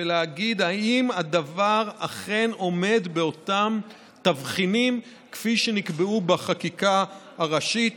ולהגיד אם הדבר אכן עומד באותם תבחינים כפי שנקבעו בחקיקה הראשית,